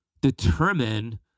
determine